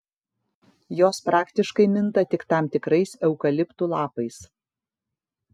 jos praktiškai minta tik tam tikrais eukaliptų lapais